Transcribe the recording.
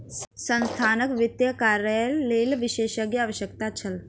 संस्थानक वित्तीय कार्यक लेल विशेषज्ञक आवश्यकता छल